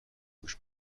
گوش